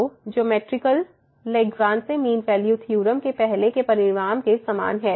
तो geometrical Lagrange mean value theorem के पहले के परिणाम के समान है